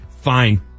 fine